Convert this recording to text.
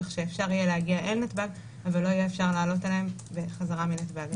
כך שאפשר יהיה להגיע אל נתב"ג ולא יהיה אפשר לעלות עליהם חזרה מנתב"ג.